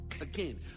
Again